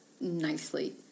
Nicely